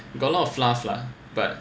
got a lot of fluff lah but